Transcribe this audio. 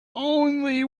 only